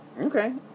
Okay